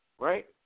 Right